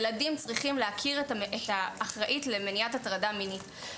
ילדים צריכים להכיר את האחראית למניעת הטרדה מינית,